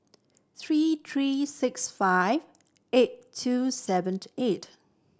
three three six five eight two seven eight